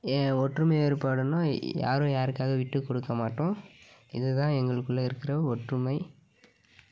என் ஒற்றுமை வேறுபாடுனா யாரும் யாருக்காக விட்டு கொடுக்க மாட்டோம் இதுதான் எங்களுக்குள்ளே இருக்கிற ஒற்றுமை